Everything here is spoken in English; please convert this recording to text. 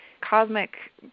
cosmic